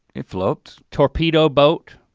it floats. torpedo boat,